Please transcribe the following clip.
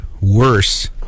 worse